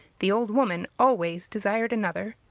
the old woman always desired another.